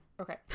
Okay